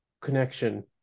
connection